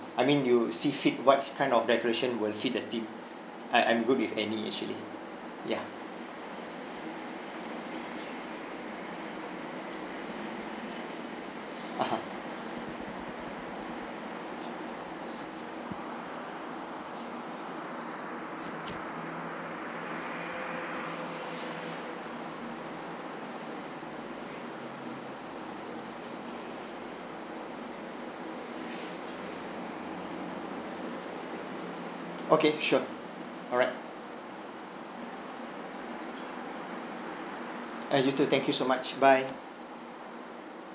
I mean you see fit what's kind of decoration will fit the theme uh I'm good with any actually ya (uh huh) okay sure alright uh you too thank you so much bye